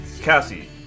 Cassie